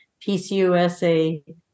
PCUSA